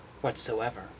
whatsoever